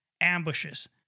ambushes